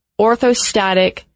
orthostatic